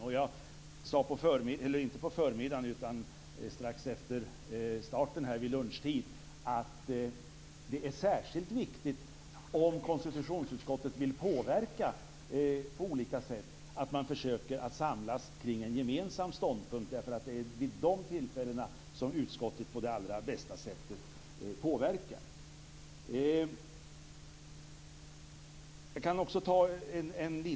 Jag sade vid lunchtid att det är särskilt viktigt, om konstitutionsutskottet vill påverka på olika sätt, att man försöker att samlas kring en gemensam ståndpunkt. Det är vid dessa tillfällen som utskottet på det allra bästa sättet kan påverka.